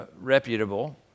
reputable